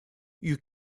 you